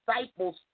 disciples